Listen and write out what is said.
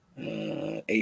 eight